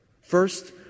First